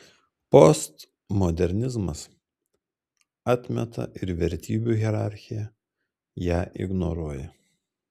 postmodernizmas atmeta ir vertybių hierarchiją ją ignoruoja